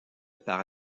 par